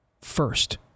first